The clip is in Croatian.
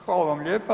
Hvala vam lijepa.